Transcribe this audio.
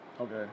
Okay